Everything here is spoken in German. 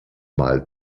mal